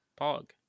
Pog